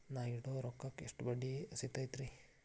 ನಾ ಇಡೋ ರೊಕ್ಕಕ್ ಎಷ್ಟ ಬಡ್ಡಿ ಸಿಕ್ತೈತ್ರಿ?